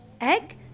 egg